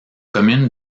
commune